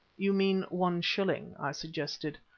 you mean one shilling, i suggested.